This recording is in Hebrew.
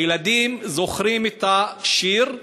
הילדים זוכרים את השיר,